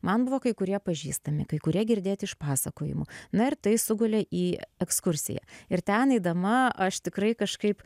man buvo kai kurie pažįstami kai kurie girdėti iš pasakojimų na ir tai sugulė į ekskursiją ir ten eidama aš tikrai kažkaip